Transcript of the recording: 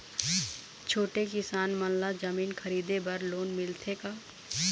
छोटे किसान मन ला जमीन खरीदे बर लोन मिलथे का?